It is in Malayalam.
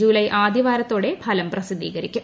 ജൂലൈ ആദ്യ വാരത്തോടെ ഫലം പ്രസിദ്ധീകരിക്കും